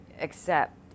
accept